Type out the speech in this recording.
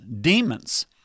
demons